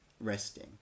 resting